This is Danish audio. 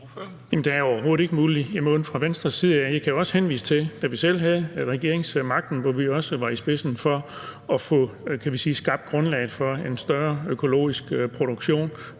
Der er overhovedet ikke uld i mund fra Venstres side af. Jeg kan også henvise til, da vi selv havde regeringsmagten. Der var vi også i spidsen for at få skabt grundlaget for en større økologisk produktion.